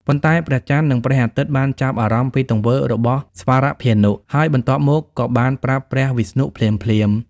ប៉ុន្តែ ព្រះចន្ទ និងព្រះអាទិត្យបានចាប់អារម្មណ៍ពីទង្វើរបស់ស្វរភានុ ហើយបន្ទាប់មកក៏បានប្រាប់ព្រះវិស្ណុភ្លាមៗ។